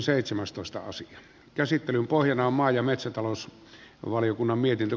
käsittelyn pohjana on maa ja metsätalousvaliokunnan mietintö